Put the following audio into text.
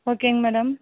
ஓகேங்க மேடம்